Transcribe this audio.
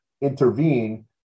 intervene